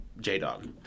J-Dog